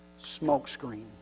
smokescreen